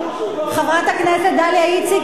חברת הכנסת דליה איציק,